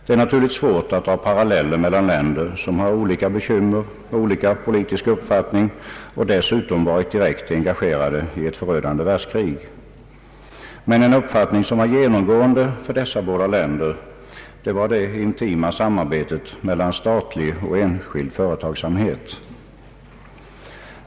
Det är naturligtvis svårt att dra paralleller med länder som har olika bekymmer och olika politisk uppfattning och som dessutom varit direkt engagerade i ett förödande världskrig. Ett genomgående drag var dock det intima samarbetet mellan statlig och enskild företagsamhet.